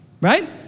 right